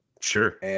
Sure